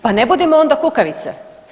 Pa ne budimo onda kukavice.